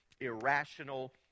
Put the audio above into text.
irrational